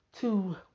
two